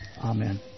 Amen